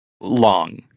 long